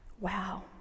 Wow